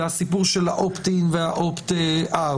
והסיפור של ה-Opt-in וה-Opt-out,